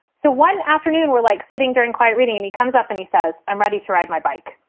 so one afternoon we're like sitting duhring quiet reading. and he comes up and he says, i'm ready to ride my bike.